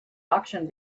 auction